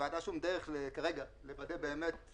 לוועדה שום דרך כרגע לוודא באמת שהטבלאות